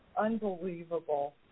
Unbelievable